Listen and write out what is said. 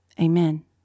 amen